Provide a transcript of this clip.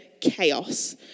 chaos